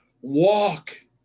walk